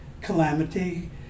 calamity